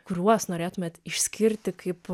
kuriuos norėtumėt išskirti kaip